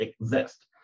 exist